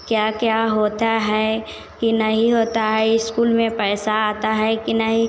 क्या क्या होता है कि नहीं होता है स्कूल में पैसा आता है कि नहीं